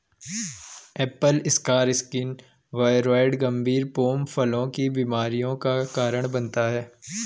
Apple scar skin viroid गंभीर pome फलों की बीमारियों का कारण बनता है